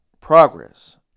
Progress